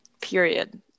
Period